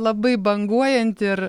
labai banguojanti ir